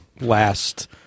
last